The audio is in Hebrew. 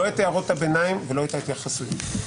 הנה, בסדר?